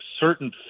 certain